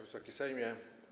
Wysoki Sejmie!